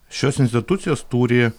šios institucijos turi